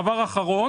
לבסוף,